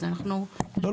אז אנחנו --- לא,